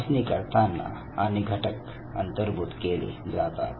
चाचणी करताना आणि घटक अंतर्भूत केले जातात